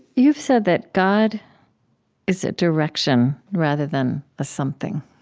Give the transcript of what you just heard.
you've said that god is a direction, rather than a something